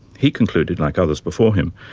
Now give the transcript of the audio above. he concluded, like others before him,